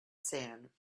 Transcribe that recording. sand